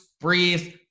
breathe